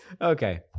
Okay